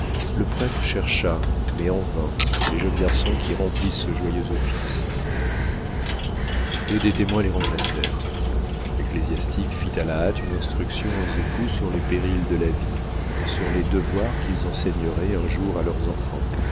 le prêtre chercha mais en vain les jeunes garçons qui remplissent ce joyeux office deux des témoins les remplacèrent l'ecclésiastique fit à la hâte une instruction aux époux sur les périls de la vie sur les devoirs qu'ils enseigneraient un jour à leurs enfants